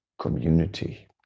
community